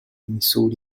misuri